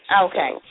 Okay